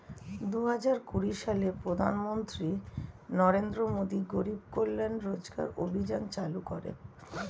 দুহাজার কুড়ি সালে প্রধানমন্ত্রী নরেন্দ্র মোদী গরিব কল্যাণ রোজগার অভিযান চালু করেন